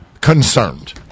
concerned